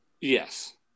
Yes